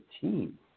team